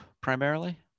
primarily